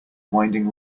winding